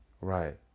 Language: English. Right